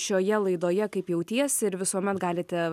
šioje laidoje kaip jautiesi ir visuomet galite